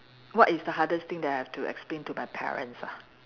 what is the hardest thing that I have to explain to my parents ah